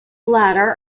latter